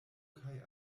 kaj